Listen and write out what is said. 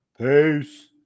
peace